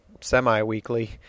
semi-weekly